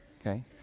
okay